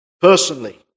Personally